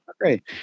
great